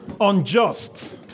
unjust